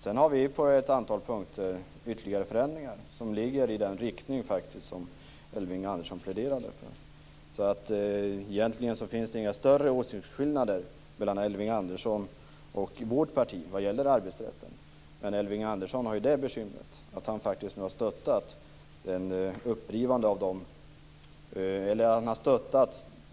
Sedan har vi på ett antal punkter förslag till ytterligare förändringar som faktiskt ligger i den riktning som Elving Andersson pläderade för. Egentligen finns det inte några större åsiktsskillnader mellan Elving Andersson och vårt parti när det gäller arbetsrätten. Men Elving Andersson har det bekymret att han faktiskt har stöttat